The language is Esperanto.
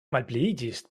malpliiĝis